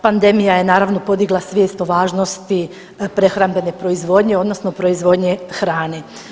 Pandemija je naravno podigla svijest o važnosti prehrambene proizvodnje, odnosno proizvodnje hrane.